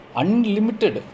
unlimited